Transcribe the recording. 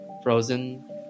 frozen